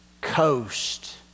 coast